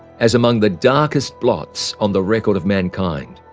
as among the darkest blots on the record of mankind,